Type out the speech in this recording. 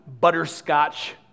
butterscotch